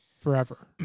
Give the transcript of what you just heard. forever